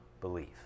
believe